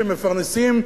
שהם מפרנסים,